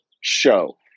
show